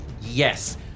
yes